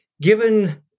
Given